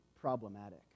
problematic